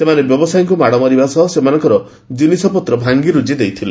ସେମାନେ ବ୍ୟବସାୟୀମାନଙ୍କ ମାଡ ମାରିବା ସହ ସେମାନଙ୍କ ଜିନିଷପତ୍ର ଭାଙ୍ଗିଦେଇଥିଲେ